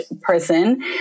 person